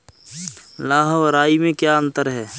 लाह व राई में क्या अंतर है?